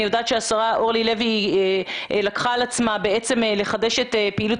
אני יודעת שהשרה אורלי לוי אבקסיס לקחה על עצמה לחדש את פעילות